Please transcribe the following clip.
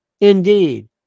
Indeed